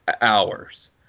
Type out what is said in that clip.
hours